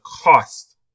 cost